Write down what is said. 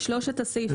לשלושת הסעיפים.